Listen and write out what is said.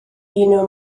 uno